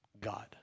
God